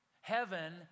Heaven